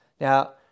Now